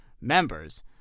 members